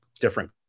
different